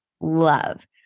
Love